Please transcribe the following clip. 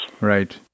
Right